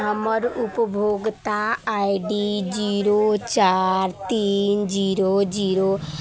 हमर उपभोक्ता ID zero चारि तीन जीरो जीरो